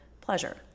pleasure